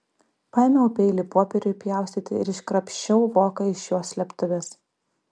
paėmiau peilį popieriui pjaustyti ir iškrapščiau voką iš jo slėptuvės